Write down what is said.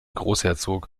großherzog